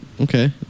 Okay